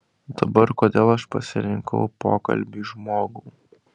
dabar kodėl aš pasirinkau pokalbiui žmogų